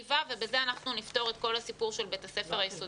ה'-ו' ובזה אנחנו נפתור את כל הסיפור של בית הספר היסודי.